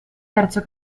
terzo